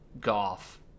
golf